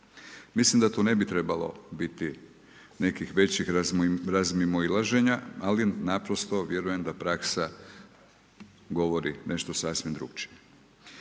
Mislim da tu ne bi trebalo biti nekih većih razmimoilaženja ali naprosto vjerujem da praksa govori nešto sasvim drukčije.